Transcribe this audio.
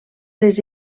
les